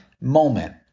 moment